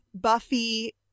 Buffy